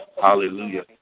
Hallelujah